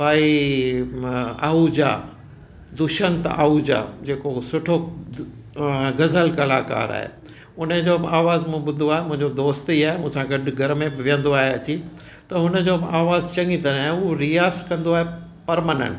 भाई आहूजा दुष्यंत आहूजा जेको सुठो गज़ल कलाकार आहे उनजो बि आवाज़ मूं ॿुधो आहे दोस्त ई आहे मूंसां गॾ घर में बि वेहंदो आहे अची त हुनजो आवाज़ बि चङी तरह हू रियाज़ कंदो आहे पर्मानेंट